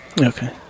Okay